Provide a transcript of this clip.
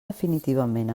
definitivament